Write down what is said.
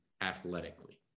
athletically